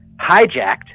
hijacked